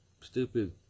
stupid